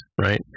right